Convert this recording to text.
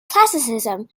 classicism